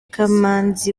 kamanzi